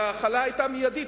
וההחלה היתה מיידית,